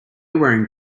wearing